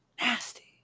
Nasty